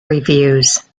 reviews